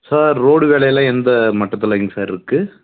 sir road வேலையெல்லாம் எந்த மட்டத்துலைங்க சார்ருக்குது